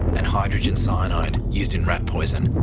and hydrogen cyanide, used in rat poison.